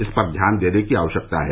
इन पर ध्यान देने की आवश्यकता है